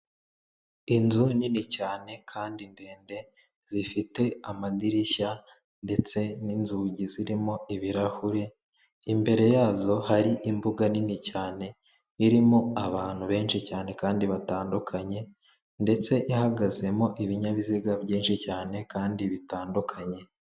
Inzu nini cyane kandi ndende zifite amadirishya ndetse n'inzugi zirimo ibirahuri, imbere yazo hari imbuga nini cyane irimo abantu benshi cyane kandi batandukanye, ndetse ihagazemo ibinyabiziga byinshi cyane kandi bitandukanye.